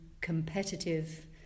competitive